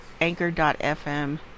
anchor.fm